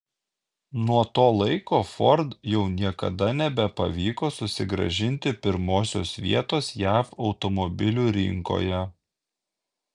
nuo to laiko ford jau niekada nebepavyko susigrąžinti pirmosios vietos jav automobilių rinkoje